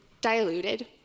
diluted